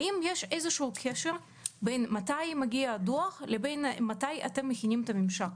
האם יש איזשהו קשר בין מתי מגיע הדוח לבין מתי אתם מכינים את הממשק?